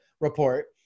report